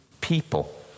people